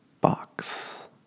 box